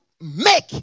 make